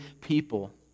people